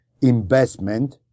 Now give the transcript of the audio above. investment